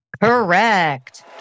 Correct